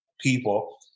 people